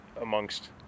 amongst